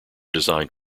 designed